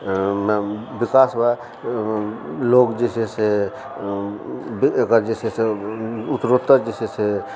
विकास हुय लोग जे छै से ओकर जे छै से उत्तरोत्तर जे छै से